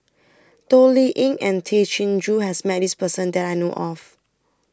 Toh Liying and Tay Chin Joo has Met This Person that I know of